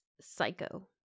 Psycho